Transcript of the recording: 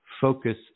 focus